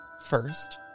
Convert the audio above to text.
First